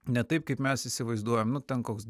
ne taip kaip mes įsivaizduojam nu ten koks